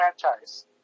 franchise